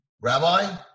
Rabbi